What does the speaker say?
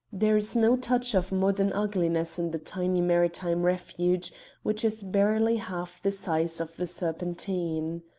there is no touch of modern ugliness in the tiny maritime refuge which is barely half the size of the serpentine.